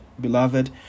beloved